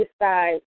decide